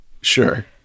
Sure